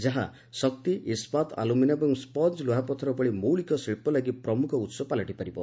ଯାହା ଶକ୍ତି ଇସ୍କାତ ଆଲୁମିନିୟମ ଏବଂ ସଞ୍ଜ ଲୁହାପଥର ଭଳି ମୌଳିକ ଶିଳ୍ପ ଲାଗି ପ୍ରମୁଖ ଉସ ପାଲଟିପାରିବ